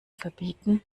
verbieten